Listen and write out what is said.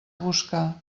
buscar